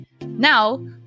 Now